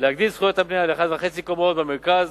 להגדיל את זכויות הבנייה ל-1.5 קומות במרכז